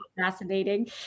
fascinating